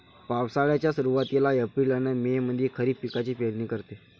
पावसाळ्याच्या सुरुवातीले एप्रिल अन मे मंधी खरीप पिकाची पेरनी करते